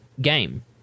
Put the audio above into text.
game